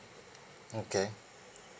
okay